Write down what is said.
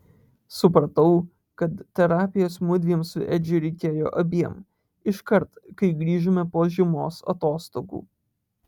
supratau kad terapijos mudviem su edžiu reikėjo abiem iškart kai grįžome po žiemos atostogų